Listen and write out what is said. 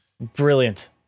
brilliant